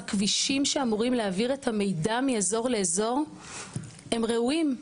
הכבישים שאמורים להעביר את המידע מאזור לאזור הם ראויים,